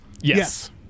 Yes